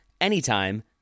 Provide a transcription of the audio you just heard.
anytime